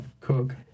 cook